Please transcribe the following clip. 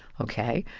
ok.